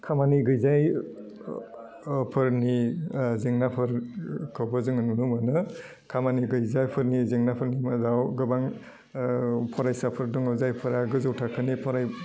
खामानि गैजायि फोरनि जेंनाफोरखौबो जोङो नुनो मोनो खामानि गैजायिफोरनि जेंनाफोरनि मादाव गोबां फरायसाफोर दङ जायफ्रा गोजौ थाखोनि फराय